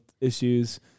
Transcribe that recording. issues